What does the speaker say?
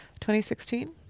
2016